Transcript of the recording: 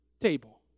table